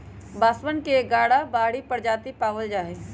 बांसवन के ग्यारह बाहरी प्रजाति पावल जाहई